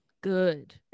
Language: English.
good